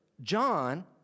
John